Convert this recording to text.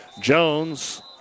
Jones